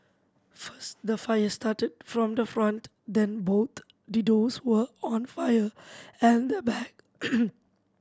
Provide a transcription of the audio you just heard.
first the fire started from the front then both the doors were on fire and the back